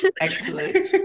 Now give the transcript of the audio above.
excellent